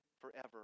forever